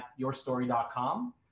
yourstory.com